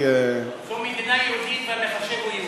זו מדינה יהודית, והמחשב הוא יהודי.